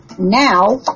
Now